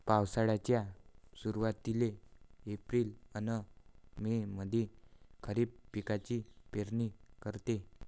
पावसाळ्याच्या सुरुवातीले एप्रिल अन मे मंधी खरीप पिकाची पेरनी करते